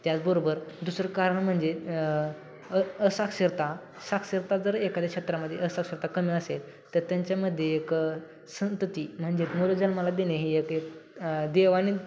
त्याचबरोबर दुसरं कारण म्हणजे असाक्षीरता साक्षीरता जर एखाद्या शेक्षेत्रामध्ये अससाक्षीरता कमी असेल तर त्यांच्यामध्ये एक संतती म्हणजे मुलं जन्माला देणे हे एक देवाने